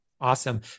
Awesome